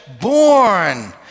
born